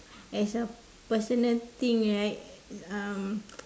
as a personal thing right um